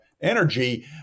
energy